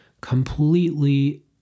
completely